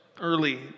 early